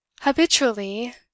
Habitually